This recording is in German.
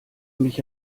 mich